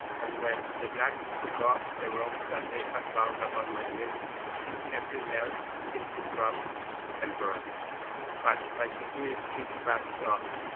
and when the blacks took off the rope that they had bound about my limbs every nerve seemed to throb and burn but by degrees this passed off,